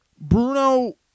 Bruno